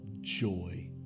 joy